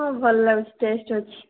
ହଁ ଭଲ ଲାଗୁଛି ଟେଷ୍ଟ ଅଛି